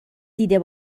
دیده